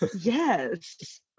Yes